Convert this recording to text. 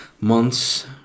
months